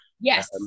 yes